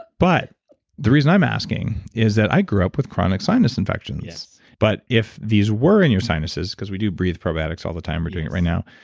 but the reason i'm asking is that i grew up with chronic sinus infections. but if these were in your sinuses, because we do breathe probiotics all the time, we're doing it right now,